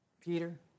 Peter